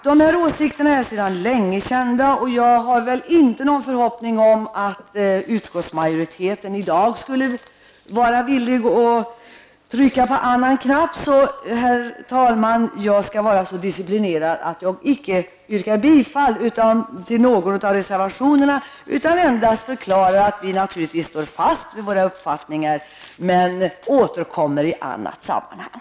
De här åsikterna är sedan länge kända, och jag har inte någon förhoppning om att utskottsmajoriteten i dag skulle vara villig att trycka på annan knapp än tidigare. Herr talman! Jag skall vara så disciplinerad att jag icke yrkar bifall till någon av reservationerna, utan endast förklarar att vi naturligtvis står fast vid våra uppfattningar, men återkommer i annat sammanhang.